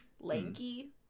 lanky